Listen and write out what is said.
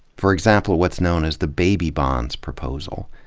for example, what's known as the baby bonds proposal.